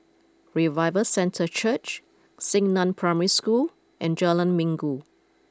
Revival Centre Church Xingnan Primary School and Jalan Minggu